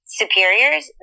superiors